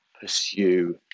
pursue